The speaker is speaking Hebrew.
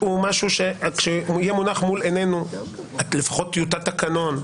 כשתהיה מונחת לפנינו לפחות טיוטת תקנון,